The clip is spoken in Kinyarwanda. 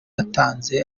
atanze